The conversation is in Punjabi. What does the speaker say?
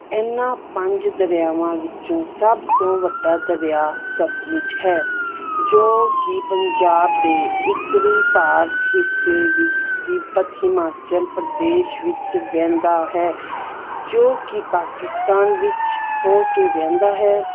ਇਹਨਾਂ ਪੰਜ ਦਰਿਆਵਾਂ ਵਿੱਚੋਂ ਸਭ ਤੋਂ ਵੱਡਾ ਦਰਿਆ ਸਤਲੁਜ ਹੈ ਜੋ ਕਿ ਪੰਜਾਬ ਦੇ ਉੱਤਰੀ ਭਾਰਤ ਹਿੱਸੇ ਵਿੱਚ ਤਿੱਬਤ ਹਿਮਾਚਲ ਪ੍ਰਦੇਸ਼ ਵਿੱਚ ਵਹਿੰਦਾ ਹੈ ਜੋ ਕਿ ਪਾਕਿਸਤਾਨ ਵਿੱਚ ਹੋ ਕੇ ਵਹਿੰਦਾ ਹੈ